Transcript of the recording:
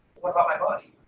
what about my body?